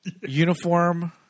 uniform